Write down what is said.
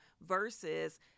versus